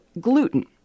gluten